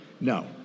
No